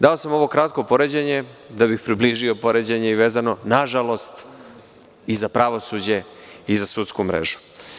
Dao sam ovo kratko poređenje da bih približio i poređenje vezano, nažalost i za pravosuđe i za sudsku mrežu.